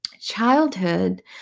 childhood